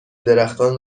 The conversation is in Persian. درختان